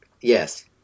Yes